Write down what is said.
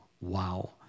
wow